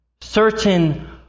Certain